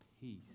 peace